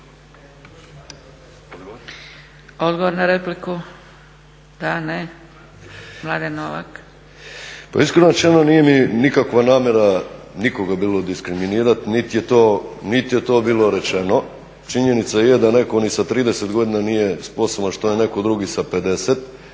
(Hrvatski laburisti - Stranka rada)** Pa iskreno rečeno, nije mi nikakva namjera nikoga bilo diskriminirati niti je to bilo rečeno. Činjenica je da netko ni sa 30 godina nije sposoban što je netko drugi sa 50,